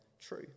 true